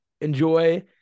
enjoy